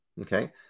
okay